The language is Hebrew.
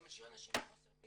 אתה משאיר אנשים בחוסר מינון,